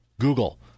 Google